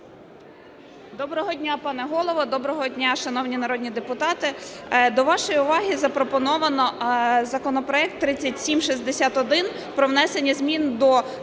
Доброго дня, пане Голово! Доброго дня шановні народні депутати! До вашої уваги запропоновано законопроект 3761 про внесення змін до ХХ розділу